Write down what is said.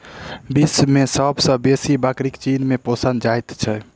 विश्व मे सब सॅ बेसी बकरी चीन मे पोसल जाइत छै